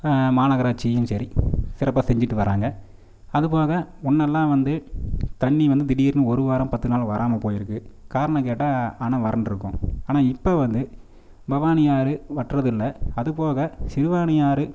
மாநகராட்சியும் சரி சிறப்பாக செஞ்சுட்டு வர்றாங்க அதுபோக முன்னெல்லாம் வந்து தண்ணி வந்து திடீர்னு ஒரு வாரம் பத்து நாள் வராமல் போய்ருக்கு காரணம் கேட்டால் அணை வறண்டிருக்கும் ஆனால் இப்போ வந்து பவானி ஆறு வற்றவில்ல அதுபோக சிறுவாணி ஆறு